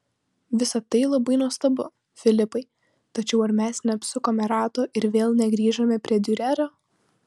visa tai labai nuostabu filipai tačiau ar mes neapsukome rato ir vėl negrįžome prie diurerio